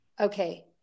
okay